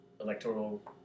electoral